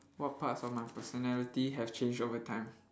what parts of my personality have changed over time